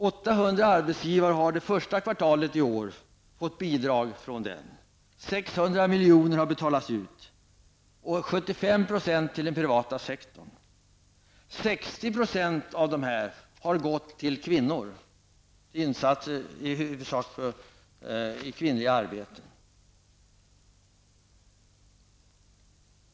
800 arbetsgivare har det första kvartalet i år fått bidrag från arbetslivsfonden. 600 miljoner har betalats ut. 75 % har gått till den privata sektorn. 60 % av pengarna har gått till kvinnor. Det är i huvudsak insatser för kvinnliga yrken.